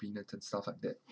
stuff like that